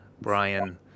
Brian